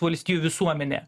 valstijų visuomenę